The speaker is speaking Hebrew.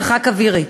מרחק אווירי.